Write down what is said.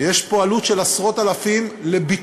יש פה עלות של עשרות-אלפים לביטול.